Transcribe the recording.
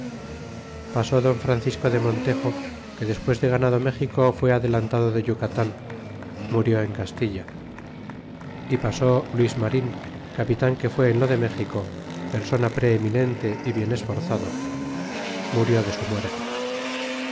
pasó don francisco de montejo que despues de ganado méxico fué adelantado de yucatan murió en castilla y pasó luis marin capitan que fué en lo de méxico persona preeminente y bien esforzado murió de su muerte